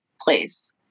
place